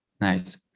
Nice